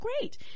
great